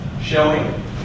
showing